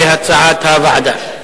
כהצעת הוועדה.